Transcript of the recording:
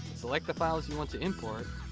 select the files you want to import,